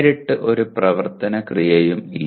നേരിട്ട് ഒരു പ്രവർത്തന ക്രിയയും ഇല്ല